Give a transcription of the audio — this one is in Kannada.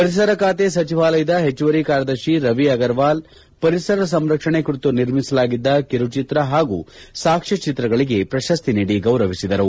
ಪರಿಸರ ಖಾತೆ ಸಚಿವಾಲಯದ ಹೆಚ್ಲುವರಿ ಕಾರ್ಯದರ್ಶಿ ರವಿ ಅಗರ್ವಾಲ್ ಪರಿಸರ ಸಂರಕ್ಷಣೆ ಕುರಿತು ನಿರ್ಮಿಸಲಾಗಿದ್ದ ಕಿರುಚಿತ್ರ ಹಾಗೂ ಸಾಕ್ಷ್ಮ ಚಿತ್ರಗಳಿಗೆ ಪ್ರಶಸ್ತಿ ನೀಡಿ ಗೌರವಿಸಿದರು